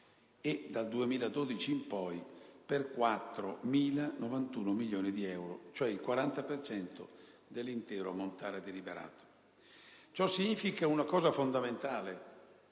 e dal 2012 in poi per 4.091 milioni di euro, ovvero il 40 per cento dell'intero ammontare deliberato. Ciò significa una cosa fondamentale,